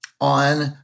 on